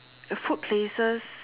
uh food places